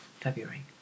february